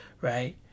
right